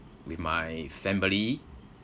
with my family